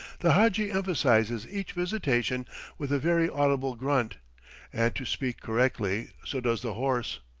the hadji emphasizes each visitation with a very audible grunt and, to speak correctly, so does the horse.